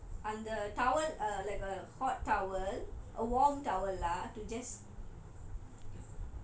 அந்த:antha towel or like a hot towel a warm towel lah to just